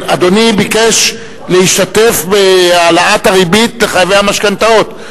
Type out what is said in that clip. אדוני ביקש להשתתף בנושא העלאת הריבית לחייבי משכנתאות.